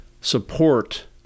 support